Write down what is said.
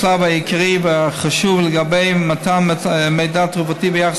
השלב העיקרי והחשוב לגבי מתן מידע תרופתי ביחס